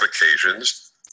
occasions